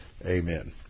Amen